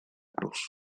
cruz